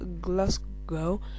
glasgow